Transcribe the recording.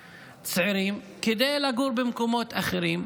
כדי לגור במקומות אחרים,